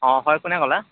অঁ হয় কোনে ক'লে